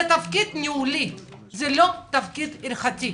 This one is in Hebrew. זה תפקיד ניהולי לא תפקיד הלכתי.